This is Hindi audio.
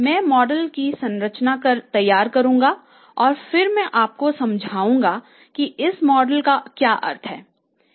मैं मॉडल की संरचना तैयार करुंगा और फिर मैं आपको यह समझाऊंगा कि इस मॉडल का क्या अर्थ है